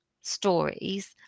stories